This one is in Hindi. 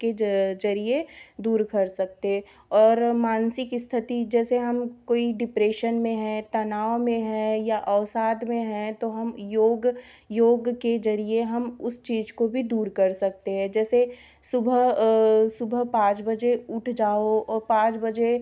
के जरिए दूर कर सकते है और मानसिक स्थति जैसे हम कोई डिप्रेशन में है तनाव में है या अवसाद में है तो हम योग योग के जरिए हम उस चीज़ को भी दूर कर सकते हैं जैसे सुभा सुबह पाँच बजे उठ जाओ और पाँच बजे